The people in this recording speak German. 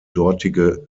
dortige